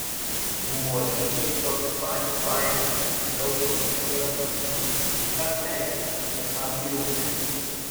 buvo lygiai toks pat fainas jaukus ir gražus tik apleistas ir apgriuvęs